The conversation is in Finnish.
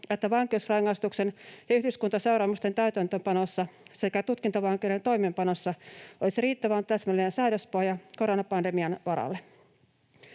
että vankeusrangaistuksen ja yhdyskuntaseuraamusten täytäntöönpanossa sekä tutkintavankeuden toimeenpanossa olisi riittävän täsmällinen säädöspohja koronapandemian varalle.